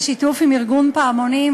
בשיתוף עם ארגון "פעמונים".